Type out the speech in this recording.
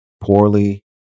poorly